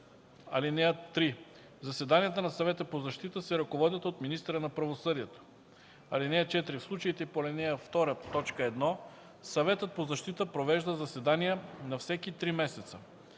закона. (3) Заседанията на Съвета по защита се ръководят от министъра на правосъдието. (4) В случаите по ал. 2, т.1 Съветът по защита провежда заседания на всеки три месеца.